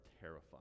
terrifying